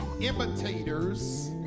imitators